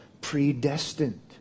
predestined